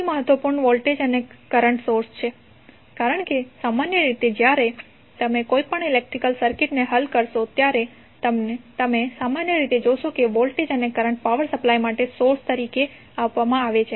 સૌથી મહત્વપૂર્ણ વોલ્ટેજ અને કરંટ સોર્સ છે કારણ કે સામાન્ય રીતે જ્યારે તમે કોઈપણ ઇલેક્ટ્રિકલ સર્કિટને હલ કરશો ત્યારે તમે સામાન્ય રીતે જોશો કે વોલ્ટેજ અને કરંટ પાવર સપ્લાય માટે સોર્સ તરીકે આપવામાં આવે છે